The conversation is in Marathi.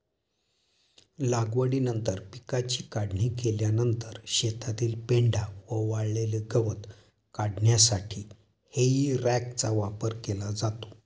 लागवडीनंतर पिकाची काढणी केल्यानंतर शेतातील पेंढा व वाळलेले गवत काढण्यासाठी हेई रॅकचा वापर केला जातो